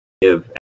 give